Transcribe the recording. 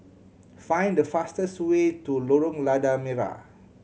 find the fastest way to Lorong Lada Merah